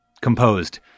composed